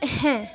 হ্যাঁ